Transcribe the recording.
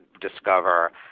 discover